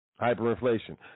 Hyperinflation